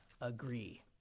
agree